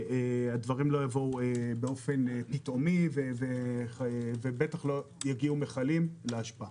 והדברים לא יבואו באופן פתאומי ובטח שלא יגיעו מכלים לאשפה.